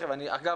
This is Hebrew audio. אגב,